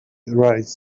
arise